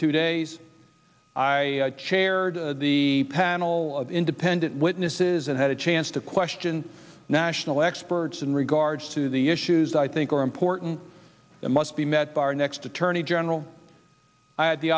two days i chaired the panel of independent witnesses and had a chance to question national experts in regards to the issues i think are important and must be met by our next attorney general i had the